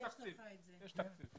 יש תקציב.